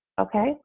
Okay